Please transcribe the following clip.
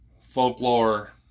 folklore